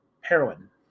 Heroin